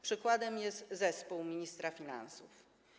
Przykładem jest zespół ministra finansów.